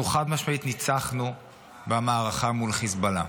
אנחנו חד-משמעית ניצחנו במערכה מול חיזבאללה.